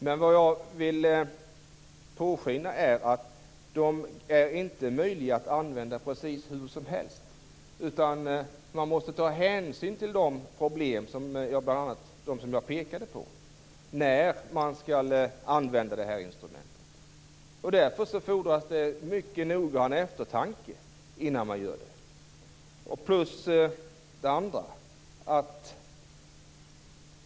Men vad jag vill påskina är att de inte är möjliga att använda precis hur som helst, utan man måste ta hänsyn till de problem som jag pekade på när man skall använda det instrumentet. Därför fordras det mycket noggrann eftertanke innan man gör det.